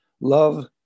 love